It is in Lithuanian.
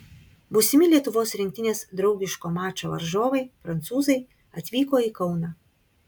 būsimi lietuvos rinktinės draugiško mačo varžovai prancūzai atvyko į kauną